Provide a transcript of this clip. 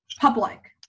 public